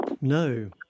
No